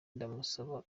ndamusaba